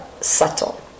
subtle